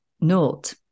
note